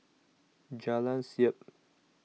Jalan Siap